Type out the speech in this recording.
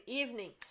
evening